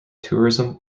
tourism